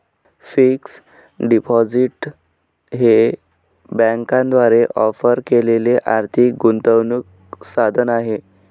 fixed deposit हे बँकांद्वारे offer केलेले आर्थिक गुंतवणूक साधन आहे